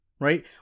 Right